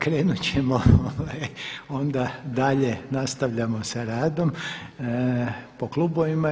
Krenuti ćemo onda dalje, nastavljamo sa radom, po klubovima.